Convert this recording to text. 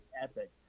epic